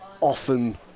often